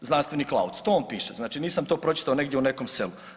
Znanstvenik Lauc, to on piše, znači nisam to pročitao negdje u nekom selu.